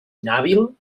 inhàbil